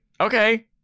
Okay